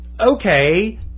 Okay